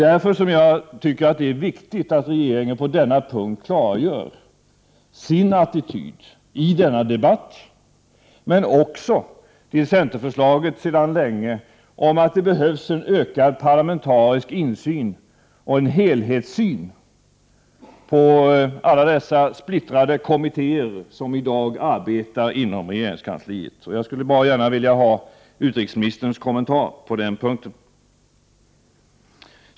Därför är det viktigt att regeringen i dagens debatt klargör sin inställning på den punkten, liksom i fråga om det förslag som centern länge har framfört om att det behövs en ökad parlamentarisk insyn och en helhetssyn i stället för den splittring på alla dessa kommittéer som i dag arbetar inom regeringskansliet. Jag skulle bra gärna vilja ha utrikesministerns kommentar till detta.